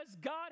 God